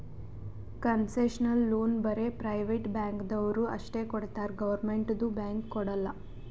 concessional loan ಬರೇ private ಬ್ಯಾಂಕ್ದವ್ರು ಅಷ್ಟೇ ಕೊಡ್ತಾರ್ ಗೌರ್ಮೆಂಟ್ದು ಬ್ಯಾಂಕ್ ಕೊಡಲ್ಲ